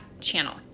channel